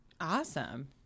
Awesome